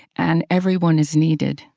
and everyone is needed.